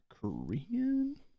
Korean